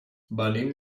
venim